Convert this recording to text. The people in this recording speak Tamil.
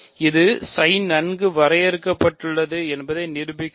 இது நன்கு வரையறுக்கப்பட்டுள்ளது என்பதை நிரூபிக்கிறது